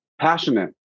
passionate